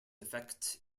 effect